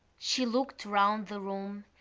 she looked round the room,